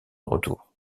retour